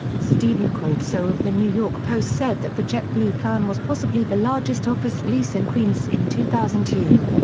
steven cuozzo so of the new york post said that the jetblue plan was possibly the largest office lease in queens in two thousand and two.